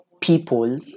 people